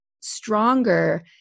stronger